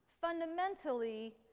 fundamentally